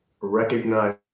recognize